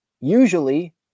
usually